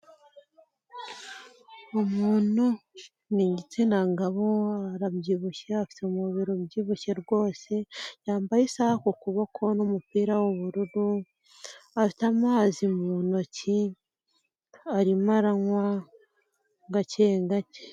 Umuntu ni igitsinagabo arabyibushye afite umubiri ubyibushye rwose yambaye isaha ku kuboko n'umupira w'ubururu afite amazi mu ntoki arimo aranywa gake gake.